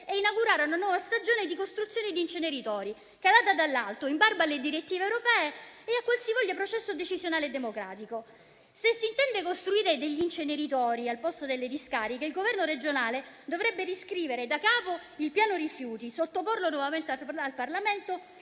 e inaugurare una nuova stagione di costruzione di inceneritori, calata dall'alto, in barba alle direttive europee e a qualsivoglia processo decisionale e democratico. Se si intende costruire degli inceneritori al posto delle discariche, il governo regionale dovrebbe riscrivere daccapo il piano rifiuti, sottoporlo nuovamente al Parlamento